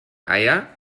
eier